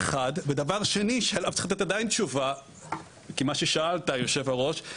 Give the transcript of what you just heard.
עכשיו לשאלתך אדוני היושב ראש,